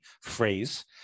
phrase